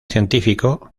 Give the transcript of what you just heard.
científico